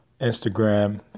Instagram